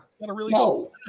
No